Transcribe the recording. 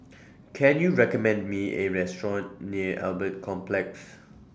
Can YOU recommend Me A Restaurant near Albert Complex